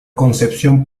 concepción